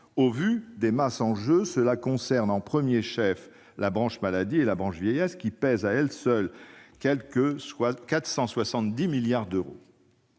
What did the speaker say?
Au vu des masses en jeu, cela concernera au premier chef les branches maladie et vieillesse, qui pèsent à elles seules 470 milliards d'euros